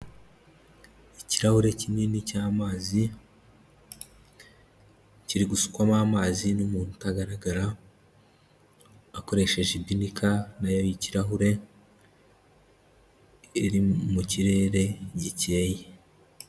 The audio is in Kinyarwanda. Ikirahure kinini cy'amazi, kiri gusukwamo amazi n'umuntu utagaragara, akoresheje ibinika nayo y'ikirahure iri mu kirere gikeye.